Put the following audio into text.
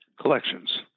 collections